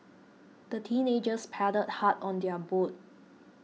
the teenagers paddled hard on their boat